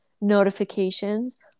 notifications